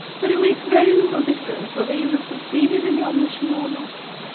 but it makes very little difference whether you have succeeded in your mission or not.